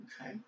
Okay